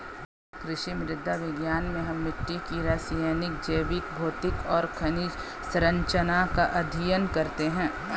कृषि मृदा विज्ञान में हम मिट्टी की रासायनिक, जैविक, भौतिक और खनिज सरंचना का अध्ययन करते हैं